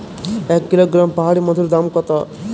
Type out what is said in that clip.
এক কিলোগ্রাম পাহাড়ী মধুর দাম কত?